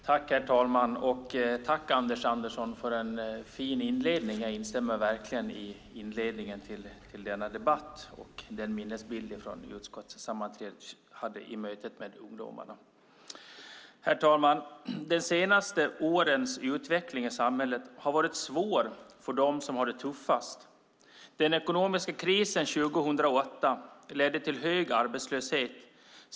Herr talman! Tack, Anders Andersson, för en fin inledning! Jag instämmer verkligen i inledningen till denna debatt och i minnesbilden från utskottets möte med ungdomarna. Herr talman! De senaste årens utveckling i samhället har varit svår för dem som har det tuffast. Den ekonomiska krisen 2008 ledde till hög arbetslöshet.